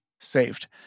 saved